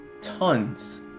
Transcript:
tons